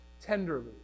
tenderly